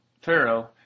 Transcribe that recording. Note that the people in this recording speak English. Pharaoh